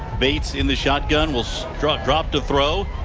bates in the shotgun will so drop drop to throw.